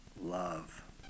love